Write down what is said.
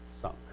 sunk